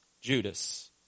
Judas